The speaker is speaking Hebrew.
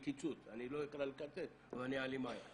אני לא אקרא לקצץ, אבל אני אעלים עין.